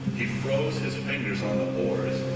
he froze his fingers on the oars